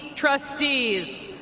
trustees,